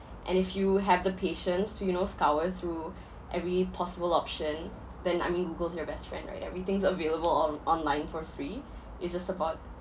and if you have the patience to you know scour through every possible option then I mean google's your best friend right every thing's available on~ online for free it's just about